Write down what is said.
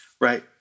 Right